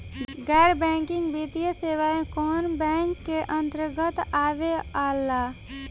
गैर बैंकिंग वित्तीय सेवाएं कोने बैंक के अन्तरगत आवेअला?